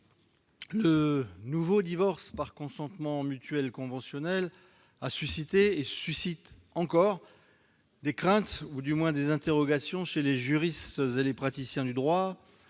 Le nouveau divorce par consentement mutuel conventionnel a suscité- et suscite encore - des craintes ou, du moins, des interrogations chez les juristes et praticiens du droit